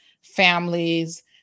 families